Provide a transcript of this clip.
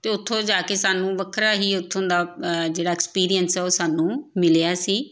ਅਤੇ ਉੱਥੋਂ ਜਾ ਕੇ ਸਾਨੂੰ ਵੱਖਰਾ ਹੀ ਉਥੋਂ ਦਾ ਜਿਹੜਾ ਐਕਸਪੀਰੀਅੰਸ ਹੈ ਉਹ ਸਾਨੂੰ ਮਿਲਿਆ ਸੀ